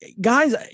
guys